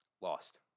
Lost